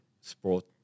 sport